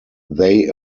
they